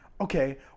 Okay